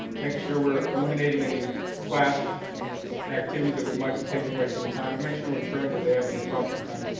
sure we're eliminating any class activities that we might be taking away from the time, to make sure we're ensuring that they have the instructional time.